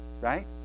right